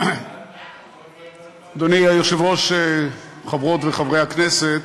אדוני היושב-ראש, חברות וחברי הכנסת,